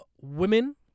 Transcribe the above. women